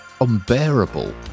unbearable